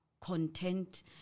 content